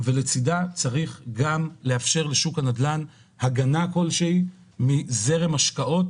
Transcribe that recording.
ולצידה צריך לאפשר לשוק הנדל"ן גם הגנה כלשהי מזרם השקעות.